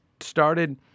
started